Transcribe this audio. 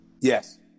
Yes